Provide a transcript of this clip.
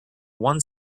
one